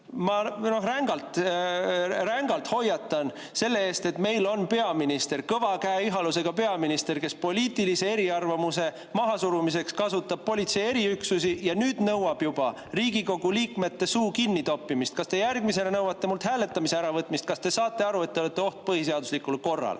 ma rängalt hoiatan selle eest, et meil on peaminister, kõva käe ihalusega peaminister, kes poliitilise eriarvamuse mahasurumiseks kasutab politsei eriüksusi ja nüüd nõuab juba Riigikogu liikmete suu kinnitoppimist. Kas te järgmisena nõuete mult hääletamise äravõtmist? Kas te saate aru, et te olete oht põhiseaduslikule korrale?